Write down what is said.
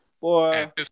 Boy